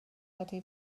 ydy